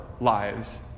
lives